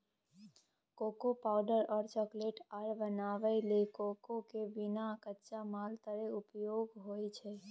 cocoa powder और chocolate आर बनाबइ लेल कोकोआ के बिया कच्चा माल तरे उपयोग होइ छइ